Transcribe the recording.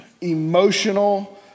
emotional